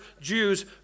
Jews